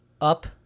up